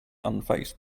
unfazed